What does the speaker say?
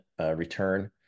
return